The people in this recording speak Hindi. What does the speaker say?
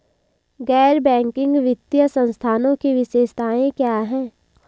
गैर बैंकिंग वित्तीय संस्थानों की विशेषताएं क्या हैं?